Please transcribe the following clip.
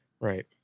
Right